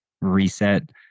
reset